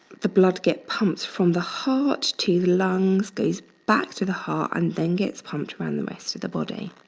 the blood gets pumped from the heart to the lungs, goes back to the heart and then gets pumped around the rest of the body.